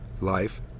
life